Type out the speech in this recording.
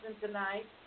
tonight